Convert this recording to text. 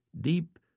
Deep